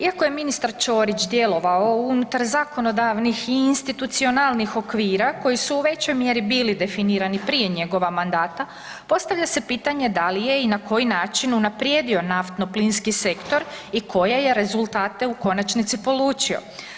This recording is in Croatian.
Iako je ministar Ćorić djelovao unutar zakonodavnih i institucionalnih okvira koji su u većoj mjeri bili definirani prije njegova mandata postavlja se pitanje da li je i na koji način unaprijedio naftno plinski sektor i koje je rezultate u konačnici polučio?